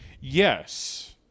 Yes